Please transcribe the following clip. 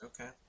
Okay